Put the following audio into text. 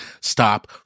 stop